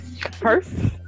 purse